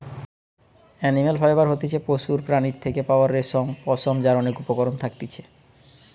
animal fibre হতিছে পশুর প্রাণীর থেকে পাওয়া রেশম, পশম যার অনেক উপকরণ থাকতিছে